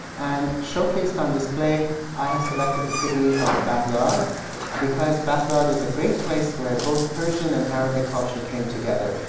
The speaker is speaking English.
and showcased on display i have selected the city of baghdad because baghdad is a great place where both persian and arabic culture came together.